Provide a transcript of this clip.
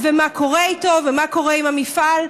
מה קורה איתו ומה קורה עם המפעל,